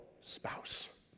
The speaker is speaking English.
spouse